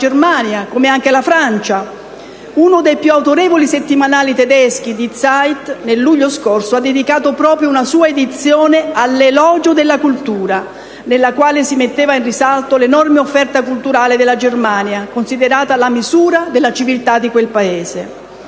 Germania, come anche la Francia. Non a caso, uno dei più autorevoli settimanali tedeschi, «Die Zeit», nel luglio scorso ha dedicato un'edizione all'elogio della cultura nella quale si metteva in risalto l'enorme offerta culturale della Germania, considerata la misura della civiltà di quel Paese.